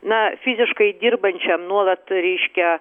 na fiziškai dirbančiam nuolat reiškia